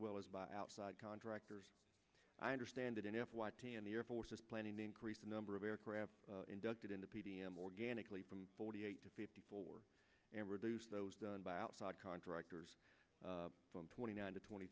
well as outside contractors i understand it in if the air force is planning to increase the number of aircraft inducted into p b m organically from forty eight to fifty four and reduce those done by outside contractors from twenty nine to twenty